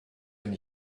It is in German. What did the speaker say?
wenn